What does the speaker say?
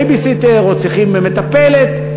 בייביסיטר, או צריכים מטפלת,